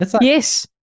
Yes